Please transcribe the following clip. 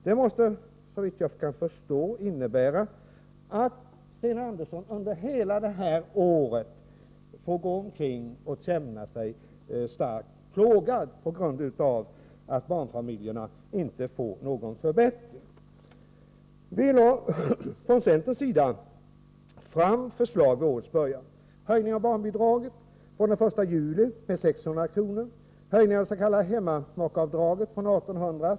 Det måste, såvitt jag kan förstå, innebära att Sten Andersson under hela det här året får gå omkring och känna sig starkt plågad på grund av att barnfamiljerna inte får någon förbättring. Vi lade från centerns sida fram förslag vid årets början. Förslagen innebar en höjning av barnbidraget från den 1 juli med 600 kr. och en höjning av det s.k. hemmamakeavdraget från 1 800 kr.